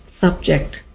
subject